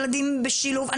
ילדים בשילוב,